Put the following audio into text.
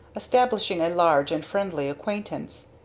establishing a large and friendly acquaintance.